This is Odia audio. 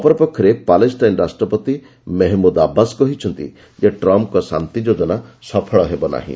ଅପରପକ୍ଷରେ ପାଲେଷ୍ଟାଇନ ରାଷ୍ଟ୍ରପତି ମେହମୁଦ ଆବାସ୍ କହିଛନ୍ତି ଯେ ଟ୍ରମ୍ପଙ୍କ ଶାନ୍ତି ଯୋଜନା ସଫଳ ହେବ ନାହିଁ